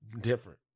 different